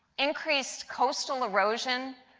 increased coastal erosion,